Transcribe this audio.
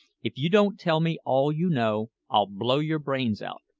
if you don't tell me all you know, i'll blow your brains out!